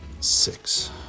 Six